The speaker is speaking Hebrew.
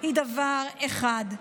היא דבר אחד: